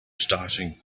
starting